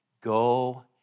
Go